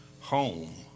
home